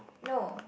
no